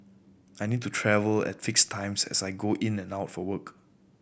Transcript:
I need to travel at fix times as I go in and out for work